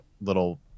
little